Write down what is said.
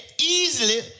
easily